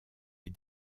les